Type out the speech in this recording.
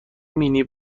مینی